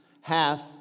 hath